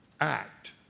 act